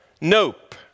nope